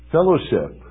Fellowship